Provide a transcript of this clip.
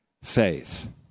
faith